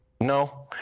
No